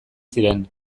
ziren